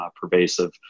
pervasive